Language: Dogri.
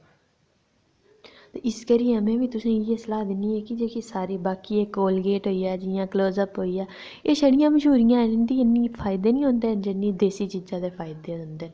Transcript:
ते इस करियै में बी तुसेंगी इ'यै सलाह् दिन्नी आं कि एह् बाकी सारी जि'यां कोलगेट होई गेआ क्लोज़अप होई गेआ एह् छड़ियां मश्हूरियां न फायदे निं होंदे जिन्ने देसी चीजै दे फायदे न